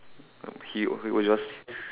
um he he will just